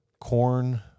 corn